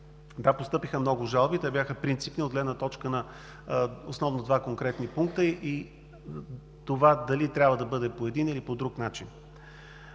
Постъпиха много жалби. Те бяха принципни от гледна точка основно на два конкретни пункта и дали трябва да бъде по един или по друг начин.